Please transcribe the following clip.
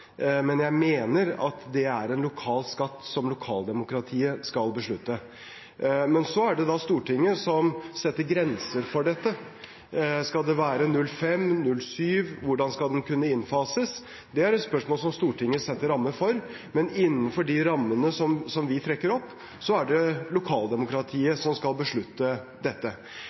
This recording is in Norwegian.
men jeg mener at det er en lokal skatt som lokaldemokratiet skal beslutte. Men det er Stortinget som setter grenser for dette: Skal den være 0,5 eller 0,7, og hvordan skal den kunne innfases? Det er et spørsmål som Stortinget setter rammer for. Men innenfor de rammene som vi trekker opp, er det lokaldemokratiet som skal beslutte dette.